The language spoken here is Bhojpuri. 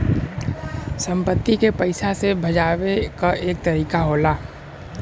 संपत्ति के पइसा मे भजावे क एक तरीका होला